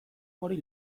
hori